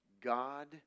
God